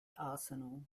arsenal